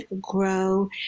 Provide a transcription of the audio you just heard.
grow